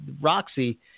Roxy